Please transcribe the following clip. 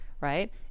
Right